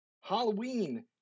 halloween